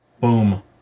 Boom